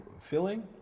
filling